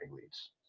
leads